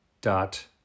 dot